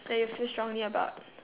like you feel strongly about